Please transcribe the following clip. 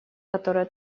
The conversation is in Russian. которое